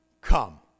come